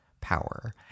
power